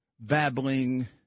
babbling